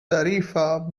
tarifa